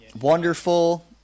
Wonderful